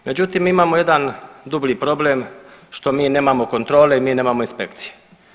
Međutim, mi imamo jedan dublji problem što mi nemamo kontrole i mi nemamo inspekcije.